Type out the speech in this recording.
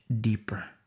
deeper